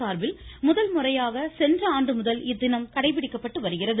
சார்பில் முதன்முறையாக சென்ற ஆண்டுமுதல் இத்தினம் கடைபிடிக்கப்பட்டு வருகிறது